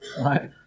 Right